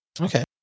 Okay